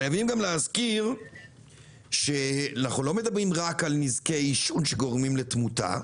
חייבים להזכיר שאנחנו לא מדברים רק על נזקי עישון שגורמים לתמותה,